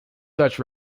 such